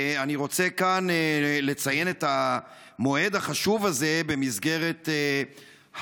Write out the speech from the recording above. אני רוצה כאן לציין את המועד החשוב הזה במסגרת המאבק,